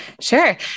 Sure